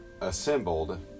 assembled